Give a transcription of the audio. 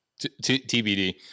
TBD